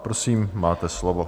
Prosím, máte slovo.